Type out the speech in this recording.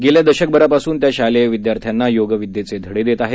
गेल्या दशकभरापासून त्या शालेय विद्यार्थ्यांना योगविद्येचे धडे देत आहेत